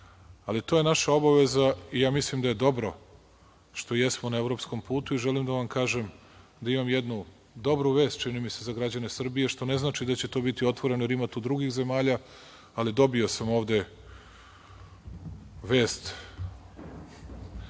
Ali, to je naša obaveza i ja mislim da je dobro što jesmo na evropskom putu. Želim da vam kažem da imam jednu dobru vest, čini mi se, za građane Srbije, što ne znači da će to biti otvoreno, jer ima tu drugih zemalja, ali dobio sam ovde vest,